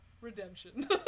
redemption